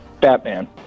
Batman